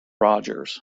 rogers